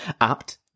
Apt